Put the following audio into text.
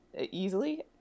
easily